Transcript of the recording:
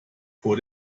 vor